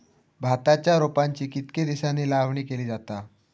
भाताच्या रोपांची कितके दिसांनी लावणी केली जाता?